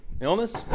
Illness